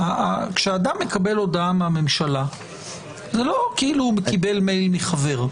כשאדם מקבל הודעה מהממשלה זה לא כאילו קיבל מחבר,